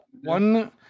One